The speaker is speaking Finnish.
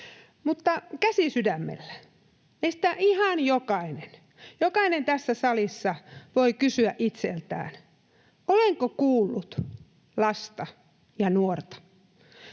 Mutta käsi sydämellä meistä ihan jokainen tässä salissa voi kysyä itseltään: Olenko kuullut lasta ja nuorta?